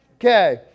Okay